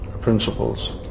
principles